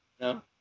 no